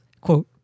quote